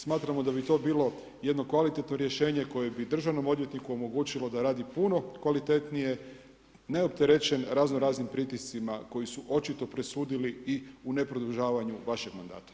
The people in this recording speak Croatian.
Smatramo da bi to bilo jedno kvalitetno rješenje koje bi državnom odvjetniku omogućilo da radi puno kvalitetnije, neopterećen raznoraznim pritiscima koji su očito presudili i u ne produžavanju vašeg mandata.